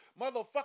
motherfucker